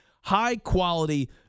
high-quality